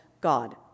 God